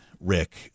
rick